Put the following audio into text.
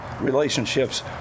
relationships